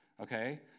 okay